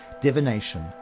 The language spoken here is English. divination